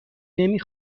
نمی